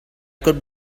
could